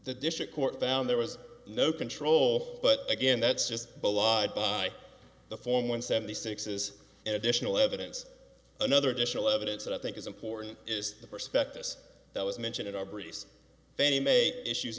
the district court found there was no control but again that's just the form one seventy six is an additional evidence another edition of evidence that i think is important is the prospectus that was mentioned in our briefs they may issues